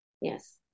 Yes